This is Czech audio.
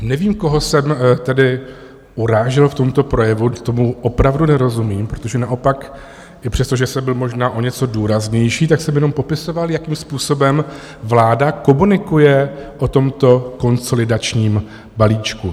Nevím, koho jsem tedy urážel v tomto projevu, tomu opravdu nerozumím, protože naopak i přesto, že jsem byl možná o něco důraznější, tak jsem jenom popisoval, jakým způsobem vláda komunikuje o tomto konsolidačním balíčku.